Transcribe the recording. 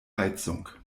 heizung